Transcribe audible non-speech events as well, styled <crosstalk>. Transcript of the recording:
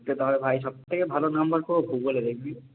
<unintelligible> করে ভাই সবথেকে ভালো নম্বর পাবো ভূগোলে দেখবি